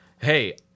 Hey